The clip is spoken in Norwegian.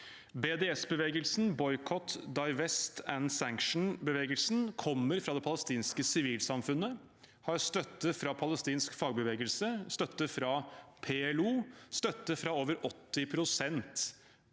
BDS-bevegelsen – Boycott, Divestment, Sanctions – kommer fra det palestinske sivilsamfunnet, har støtte fra palestinsk fagbevegelse, har støtte fra PLO og har støtte fra over 80 pst.